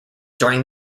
during